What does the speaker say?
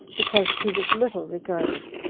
because he was little regarded,